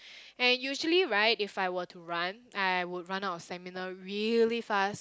and usually right if I were to run I would run out of stamina really fast